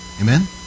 Amen